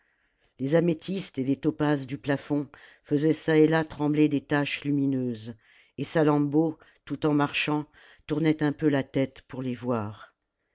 les améthystes et les topazes du plafond faisaient çà et là trembler des taches lumineuses et salammbô tout en marchant tournait un peu la tête pour les voir